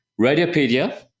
Radiopedia